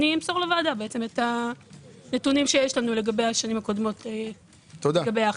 אמסור לוועדה את הנתונים שיש לנו לגבי השנים הקודמות לגבי האכיפה.